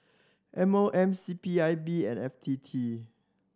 M O M C P I B and F T T